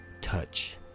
touch